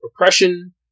oppression